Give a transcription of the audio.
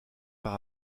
par